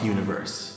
Universe